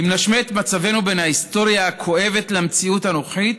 אם נשווה את מצבנו בין ההיסטוריה הכואבת למציאות הנוכחית,